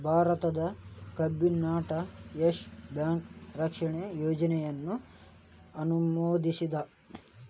ಭಾರತದ್ cabinet Yes Bank ರಕ್ಷಣಾ ಯೋಜನೆಯನ್ನ ಅನುಮೋದಿಸೇದ್